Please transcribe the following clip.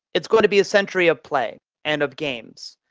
is going to be a century of play and of games,